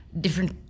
different